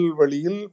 Valil